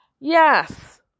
Yes